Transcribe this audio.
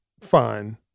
fine